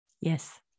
Yes